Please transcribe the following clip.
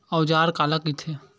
औजार काला कइथे?